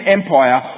Empire